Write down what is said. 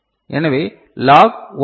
எனவே log 1024 to the base 2